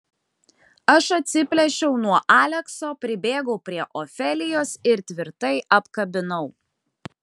aš atsiplėšiau nuo alekso pribėgau prie ofelijos ir tvirtai apkabinau